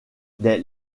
des